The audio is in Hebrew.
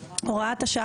הוראת השעה